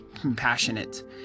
compassionate